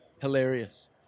Hilarious